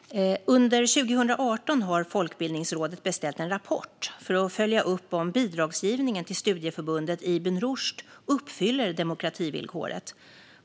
Under 2018 har Folkbildningsrådet beställt en rapport för att följa upp om bidragsgivning till studieförbundet Ibn Rushd uppfyller demokrativillkoret.